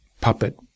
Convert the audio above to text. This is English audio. puppet